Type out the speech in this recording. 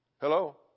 Hello